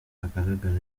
agaragara